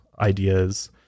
ideas